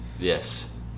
Yes